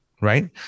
Right